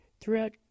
throughout